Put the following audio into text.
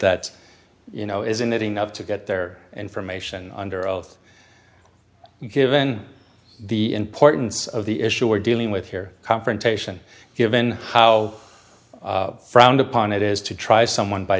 that you know isn't it enough to get their information under oath given the importance of the issue we're dealing with here confrontation given how frowned upon it is to try someone by